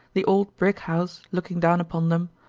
the old brick house looking down upon them,